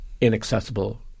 inaccessible